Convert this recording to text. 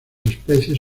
especies